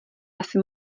asi